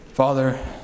Father